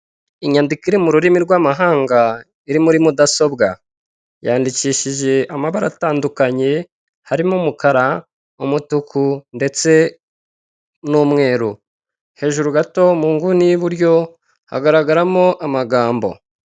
Inyandiko iri mu rurimi rw'amahanga iri muri mudasobwa. Yandikishije amabara atandukanye, harimo umukara, umutuku ndetse n'umweru. Hejuru gato mu inguni y'iburyo, hagaragaramo amagambo.